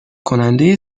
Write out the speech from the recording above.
کننده